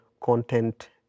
content